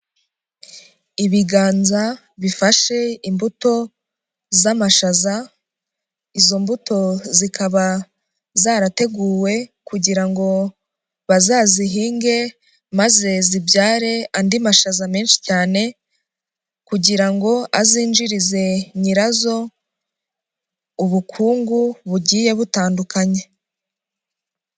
Ibiganza bifashe imbuto z'amashaza, izo mbuto zikaba zarateguwe kugira ngo bazazihinge maze zibyare andi mashaza menshi cyane, kugira ngo azinjirize nyirazo ubukungu bugiye butandukanye.